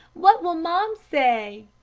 what will mum say?